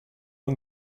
one